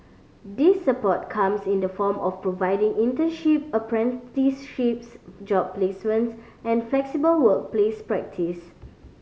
this support comes in the form of providing internship apprenticeships job placements and flexible workplace practice